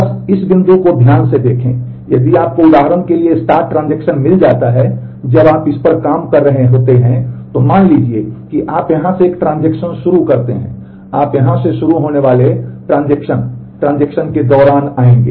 बस इस बिंदु को ध्यान से देखें यदि आपको उदाहरण के लिए स्टार्ट ट्रांजेक्शन मिल जाता है जब आप इस पर काम कर रहे होते हैं तो मान लीजिए कि आप यहां से एक ट्रांजेक्शन शुरू करते हैं आप यहां से शुरू होने वाले ट्रांजैक्शन ट्रांजैक्शन के दौरान आएंगे